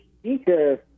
speaker